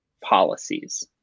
policies